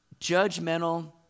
judgmental